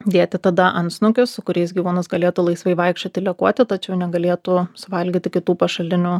dėti tada antsnukius su kuriais gyvūnas galėtų laisvai vaikščioti lekuoti tačiau negalėtų suvalgyti kitų pašalinių